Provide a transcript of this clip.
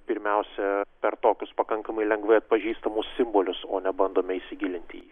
pirmiausia per tokius pakankamai lengvai atpažįstamus simbolius o ne bandome įsigilinti į jį